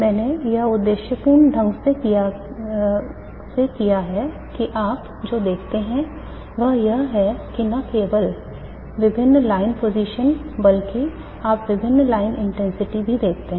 मैंने यह उद्देश्यपूर्ण ढंग से किया है कि आप जो देखते हैं वह यह है कि न केवल विभिन्न line positions बल्कि आप विभिन्न लाइन इंटेंसिटी भी देखते हैं